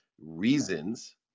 reasons